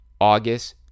August